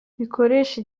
bikoresha